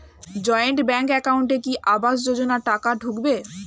Joint bank একাউন্টে কি আবাস যোজনা টাকা ঢুকবে?